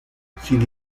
sin